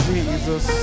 Jesus